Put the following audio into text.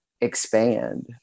expand